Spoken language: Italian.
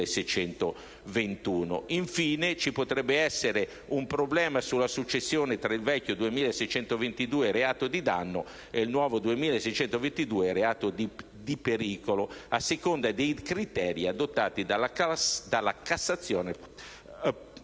Infine, ci potrebbe essere un problema nella successione tra il vecchio 2622 (reato di danno) ed il nuovo 2622 (reato di pericolo): a seconda dei criteri adottati dalla Cassazione,